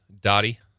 Dottie